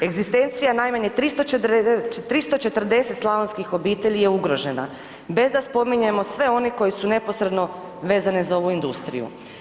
Egzistencija najmanje 340 slavonskih obitelji je ugrožena bez da spominjemo sve one koji su neposredno vezane za ovu industriju.